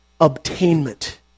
obtainment